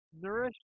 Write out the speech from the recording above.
nourish